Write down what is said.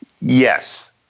Yes